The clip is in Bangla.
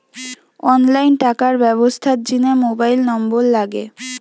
অনলাইন টাকার ব্যবস্থার জিনে মোবাইল নম্বর লাগে